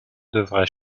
devrais